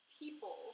people